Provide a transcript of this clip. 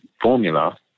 formula